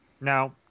Now